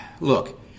look